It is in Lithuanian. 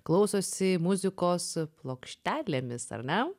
klausosi muzikos plokštelėmis ar ne